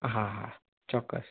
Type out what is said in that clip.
હા હા ચોક્કસ